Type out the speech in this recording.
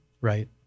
right